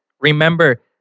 Remember